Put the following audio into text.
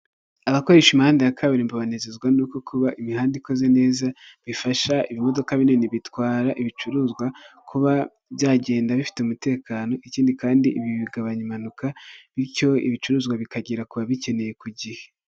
Umuhanda w'umukara aho uganisha ku bitaro byitwa Sehashiyibe, biri mu karere ka Huye, aho hahagaze umuntu uhagarika imodoka kugirango babanze basuzume icyo uje uhakora, hakaba hari imodoka nyinshi ziparitse.